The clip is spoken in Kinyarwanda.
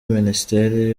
minisiteri